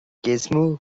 gizmo